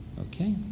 Okay